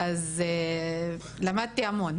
אז למדתי המון.